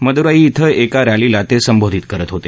मदुराई इथं एका रस्तीला ते संबोधित करत होते